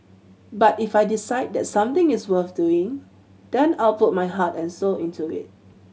but if I decide that something is worth doing then I'll put my heart and soul into it